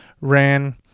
ran